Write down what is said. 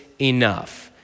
enough